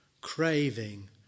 craving